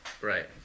Right